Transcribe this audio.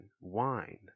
wine